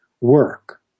work